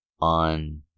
on